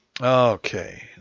Okay